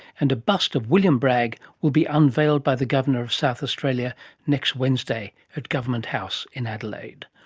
and a bust of william bragg will be unveiled by the governor of south australia next wednesday at government house in adelaide.